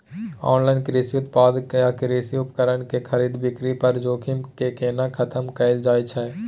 Online कृषि उत्पाद आ कृषि उपकरण के खरीद बिक्री पर जोखिम के केना खतम कैल जाए छै?